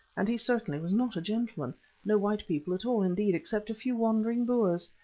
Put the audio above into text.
and he certainly was not a gentleman no white people at all, indeed, except a few wandering boers.